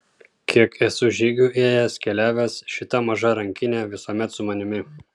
kiek esu žygių ėjęs keliavęs šita maža rankinė visuomet su manimi